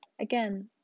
Again